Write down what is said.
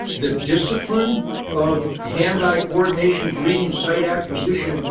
the discipline of hand-eye coordination, breathing sight acquisition,